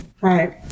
Right